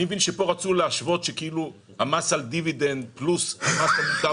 אני מבין שכאן רצו להשוות שכאילו המס על דיבידנד פלוס המס מוצע